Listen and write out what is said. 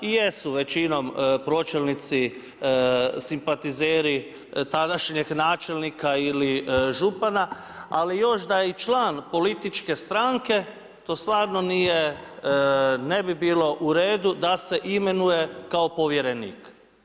I jesu većinom pročelnici simpatizeri tadašnjeg načelnika ili župana, ali još da je i član političke stranke to stvarno nije, ne bi bilo u redu da se imenuje kao povjerenik.